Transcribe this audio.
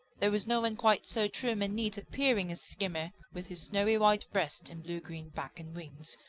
there was no one quite so trim and neat appearing as skimmer with his snowy white breast and blue-green back and wings.